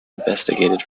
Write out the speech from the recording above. investigated